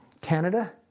Canada